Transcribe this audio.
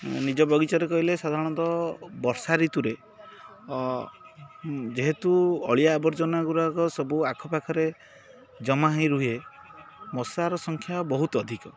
ମୁଁ ନିଜ ବଗିଚାରେ କହିଲେ ସାଧାରଣତଃ ବର୍ଷା ଋତୁରେ ଯେହେତୁ ଅଳିଆ ଆବର୍ଜନାଗୁଡ଼ାକ ସବୁ ଆଖପାଖରେ ଜମା ହେଇ ରୁହେ ମଶାର ସଂଖ୍ୟା ବହୁତ ଅଧିକ